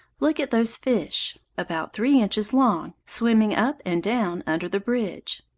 look at those fish, about three inches long, swimming up and down under the bridge.